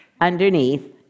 underneath